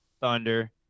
Thunder